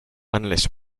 unless